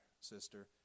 sister